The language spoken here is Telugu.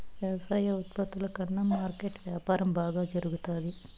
వ్యవసాయ ఉత్పత్తుల కన్నా మార్కెట్ వ్యాపారం బాగా జరుగుతాది